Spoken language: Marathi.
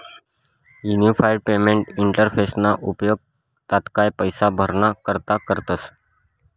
युनिफाईड पेमेंट इंटरफेसना उपेग तात्काय पैसा भराणा करता करतस